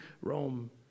Rome